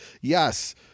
Yes